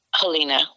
Helena